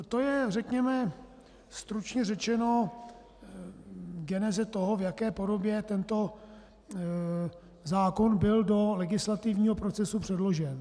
To je, stručně řečeno, geneze toho, v jaké podobě tento zákon byl do legislativního procesu předložen.